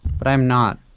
but i am not.